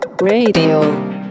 Radio